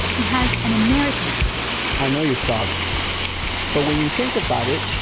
he has an american accent. i know you're shocked but when you think about it,